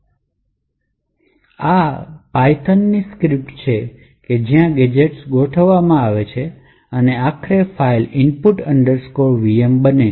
આ તે ખાસ પાયથોન ની સ્ક્રિપ્ટ છે જ્યાં ગેજેટ્સ ગોઠવવામાં આવે છે અને આખરે ફાઇલ input vm બને છે